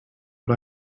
but